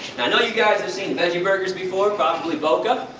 i know you guys have seen veggie burgers before, probably boca.